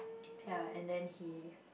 ya and then he